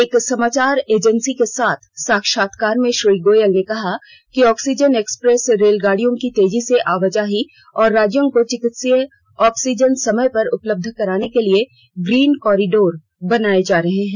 एक समाचार एजेंसी के साथ साक्षात्कार में श्री गोयल ने कहा कि ऑक्सीजन एक्सप्रेस रेलगाड़ियों की तेजी से आवाजाही और राज्यों को चिकित्सकीय ऑक्सीजन समय पर उपलब्ध कराने के लिए ग्रीन कॉरिडोर बनाया जा रहा है